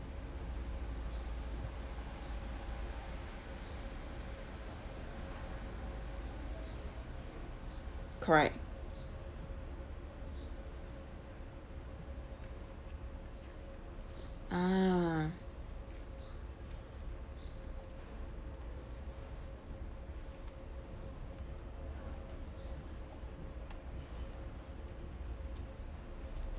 correct ah